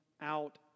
out